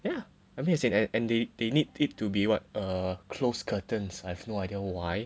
yeah I mean as in and they they need it to be what err close curtains I have no idea why